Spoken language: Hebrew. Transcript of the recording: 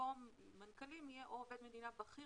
שבמקום מנכ"לים יהיה או עובד מדינה בכיר